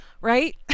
Right